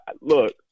look